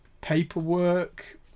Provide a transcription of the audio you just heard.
paperwork